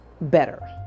Better